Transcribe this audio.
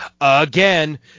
again